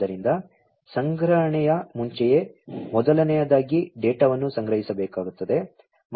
ಆದ್ದರಿಂದ ಸಂಗ್ರಹಣೆಯ ಮುಂಚೆಯೇ ಮೊದಲನೆಯದಾಗಿ ಡೇಟಾವನ್ನು ಸಂಗ್ರಹಿಸಬೇಕಾಗುತ್ತದೆ